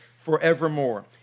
forevermore